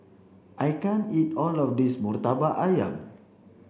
I can't eat all of this Murtabak Ayam